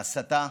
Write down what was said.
בהסתה,